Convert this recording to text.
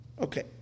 Okay